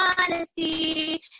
honesty